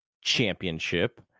championship